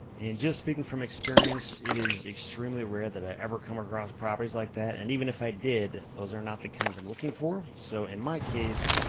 and just speaking from experience, it is extremely rare that i ever come across properties like that. and even if i did, those are not the kinds i'm looking for. so in my case,